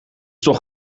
toch